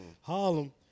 Harlem